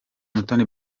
mutoni